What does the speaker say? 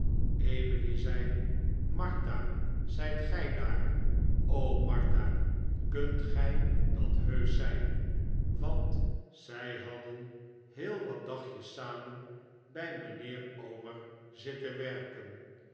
emily zei martha zijt gij daar o martha kunt gij dat heusch zijn want zij hadden heel wat dagjes samen bij mijnheer omer zitten werken